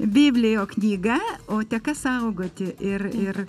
biblio knyga o teka saugoti ir ir